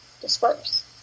disperse